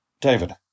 David